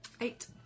Eight